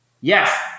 Yes